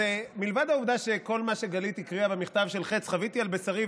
מלבד העובדה שכל מה שגלית הקריאה במכתב של חץ-דוד חוויתי על בשרי,